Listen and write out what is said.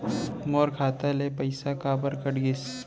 मोर खाता ले पइसा काबर कट गिस?